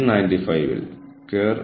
നീതിയെക്കുറിച്ചുള്ള ധാരണ